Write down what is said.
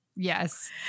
Yes